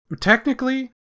Technically